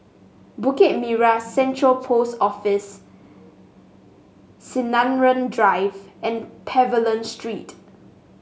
Bukit Merah Central Post Office Sinaran Drive and Pavilion Street